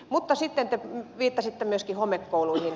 mutta sitten te viittasitte myöskin homekouluihin